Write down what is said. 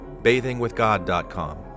bathingwithgod.com